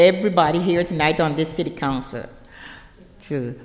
everybody here tonight on this city council to